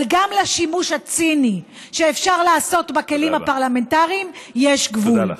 אבל גם לשימוש הציני שאפשר לעשות בכלים הפרלמנטריים יש גבול.